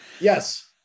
yes